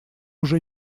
уже